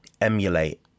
emulate